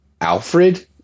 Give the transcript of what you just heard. Alfred